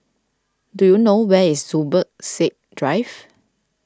do you know where is Zubir Said Drive